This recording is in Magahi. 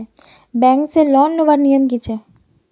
बैंक से लोन लुबार नियम की छे?